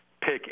pick